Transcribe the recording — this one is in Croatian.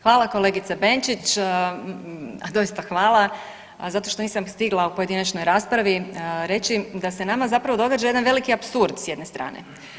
Hvala kolegice Benčić, doista hvala zato što nisam stigla u pojedinačnoj raspravi reći da se nama zapravo događa jedan veliki apsurd s jedne strane.